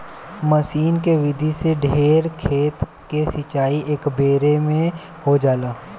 मसीन के विधि से ढेर खेत के सिंचाई एकेबेरे में हो जाला